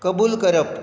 कबूल करप